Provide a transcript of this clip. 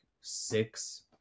six